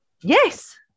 Yes